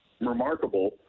remarkable